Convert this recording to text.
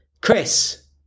Chris